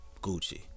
Gucci